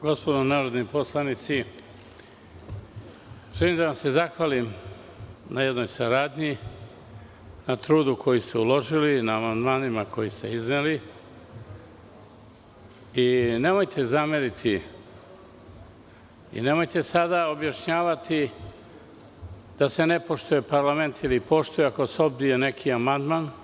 Gospodo narodni poslanici, želim da vam se zahvalim na jednoj saradnji, na trudu koji ste uložili, na amandmanima koje ste izneli i nemojte zameriti i nemojte sada objašnjavati da se parlament ne poštuje ili poštuje, ako se odbije neki amandman.